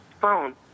phone